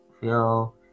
feel